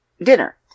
dinner